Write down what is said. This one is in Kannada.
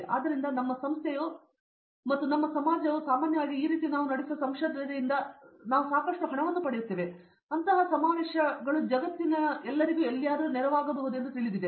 ಆದ್ದರಿಂದ ನಮ್ಮ ಸಂಸ್ಥೆಯು ಮತ್ತು ನಮ್ಮ ಸಮಾಜವು ಸಾಮಾನ್ಯವಾಗಿ ಈ ರೀತಿ ನಾವು ನಡೆಸುವ ಸಂಶೋಧನೆ ಇಂದ ನಾವು ಸಾಕಷ್ಟು ಹಣವನ್ನು ಪಡೆಯುತ್ತೇವೆ ಆದರೆ ಅಂತಹ ಸಮಾವೇಶಗಳಲ್ಲಿ ಜಗತ್ತಿನಲ್ಲಿ ಎಲ್ಲಿಯೂ ನೆರವಾಗಬಹುದು ಎಂದು ತಿಳಿದಿದೆ